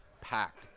packed